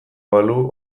balu